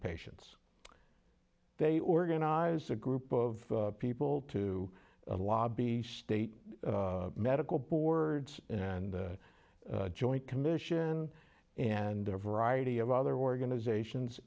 patients they organize a group of people to lobby state medical boards and joint commission and a variety of other organizations